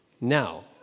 Now